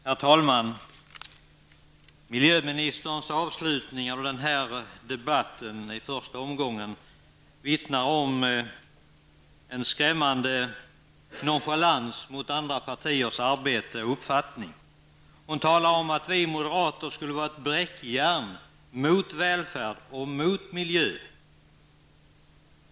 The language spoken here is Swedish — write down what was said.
Herr talman! Miljöministerns avslutning i den här debattens första omgång vittnar om en skrämmande nonchalans mot andra partiers arbete och uppfattning. Hon talade om att vi moderater skulle utgöra ett bräckjärn mot välfärd och miljö.